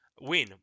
Win